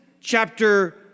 chapter